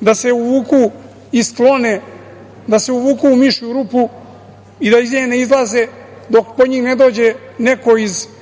da se uvuku i sklone, da se uvuku u mišju rupu i da iz nje ne izlaze dok po njih ne dođe neko iz državnih